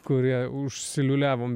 kurie užsiliūliavom